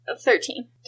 Thirteen